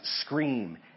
scream